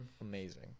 amazing